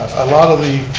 a lot of the